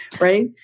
right